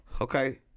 Okay